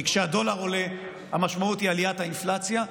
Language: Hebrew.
כי כשהדולר עולה המשמעות היא עליית האינפלציה,